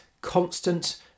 constant